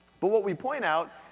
but what we point out,